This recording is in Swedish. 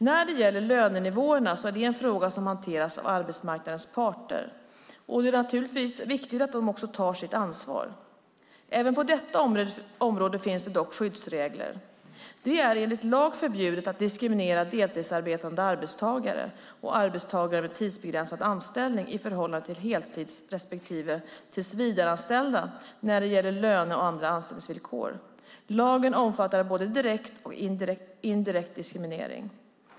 När det gäller lönenivåerna är det en fråga som hanteras av arbetsmarknadens parter, och det är naturligtvis viktigt att de också tar sitt ansvar. Även på detta område finns det dock skyddsregler. Det är enligt lag förbjudet att diskriminera deltidsarbetande arbetstagare och arbetstagare med tidsbegränsad anställning i förhållande till heltids respektive tillsvidareanställda när det gäller löne och andra anställningsvillkor. Lagen omfattar både direkt och indirekt diskriminering.